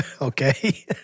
Okay